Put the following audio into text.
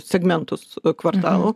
segmentus kvartalo